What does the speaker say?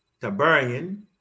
Tiberian